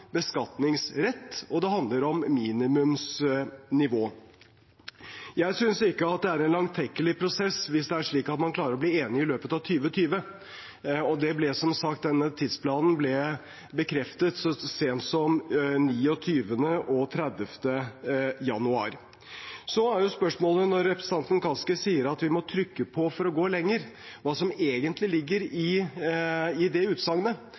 beskatningsrett, og det handler om minimumsnivå. Jeg synes ikke det er en langtekkelig prosess hvis det er slik at man klarer å bli enig i løpet av 2020, og som sagt ble denne tidsplanen bekreftet så sent som 29. og 30. januar. Så er spørsmålet, når representanten Kaski sier at vi må trykke på for å gå lenger, hva som egentlig ligger i det utsagnet.